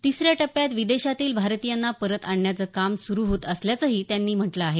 तिसऱ्या टप्प्यात विदेशांतील भारतीयांना परत आणण्याचं काम सुरू होत असल्याचंही त्यांनी म्हटलं आहे